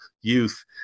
youth